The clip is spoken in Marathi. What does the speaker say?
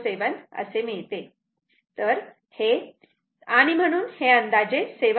07 असे मिळते आणि म्हणून हे अंदाजे 7